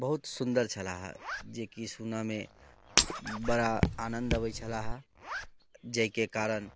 बहुत सुन्दर छलाहे जेकि सुनऽमे बड़ा आनन्द अबै छलाहे जाहिके कारण